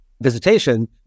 visitation